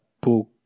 book